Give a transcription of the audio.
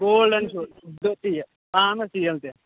golden چھُ ہُہ تہٕ یہِ اَہَن حظ تیٖل تہِ